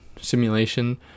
simulation